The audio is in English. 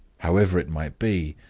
however it might be,